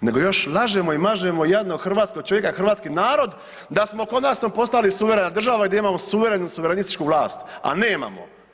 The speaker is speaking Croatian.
nego još lažemo i mažemo jadno hrvatsko čega, hrvatski narod da smo konačno postali suverena država i da imamo suverenu i suverenističku vlast, a nemamo.